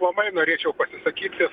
labai norėčiau pasisakyti